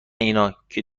اینا، که